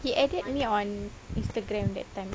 he added me on instagram that time